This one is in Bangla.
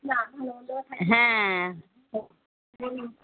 না হ্যাঁ